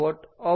3 kWHm3